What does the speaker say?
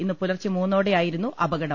ഇന്ന് പുലർച്ചെ മൂന്നോടെയായിരുന്നു അപ കടം